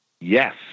Yes